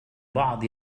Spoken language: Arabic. بعض